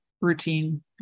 routine